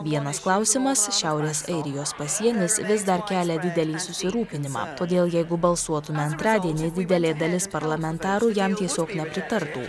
vienas klausimas šiaurės airijos pasienis vis dar kelia didelį susirūpinimą todėl jeigu balsuotume antradienį didelė dalis parlamentarų jam tiesiog nepritartų